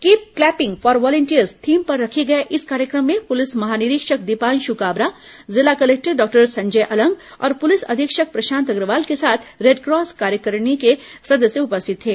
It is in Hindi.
keep clapping for volunteers theme पर रखे गए इस कार्यक्रम में पुलिस महानिरीक्षक दीपांश काबरा जिला कलेक्टर डॉक्टर संजय अलंग और पुलिस अधीक्षक प्रशांत अग्रवाल के साथ रेडक्रॉस कार्यकारिणी के सदस्य उपस्थित थे